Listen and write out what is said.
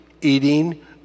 eating